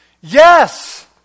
Yes